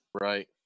Right